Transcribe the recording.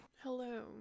Hello